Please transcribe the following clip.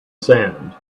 sand